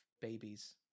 babies